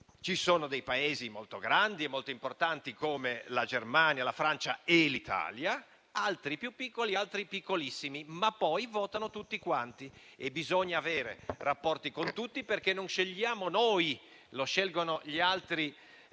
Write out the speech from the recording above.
ne sono di molto grandi e molto importanti, come la Germania, la Francia e l'Italia, altri più piccoli, altri piccolissimi, ma poi votano tutti quanti e bisogna avere rapporti con tutti perché non scegliamo noi, ma i cittadini degli altri